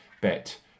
bet